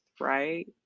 right